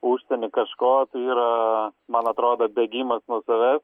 užsieny kažko tai yra man atrodo bėgimas nuo savęs